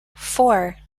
four